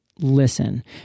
listen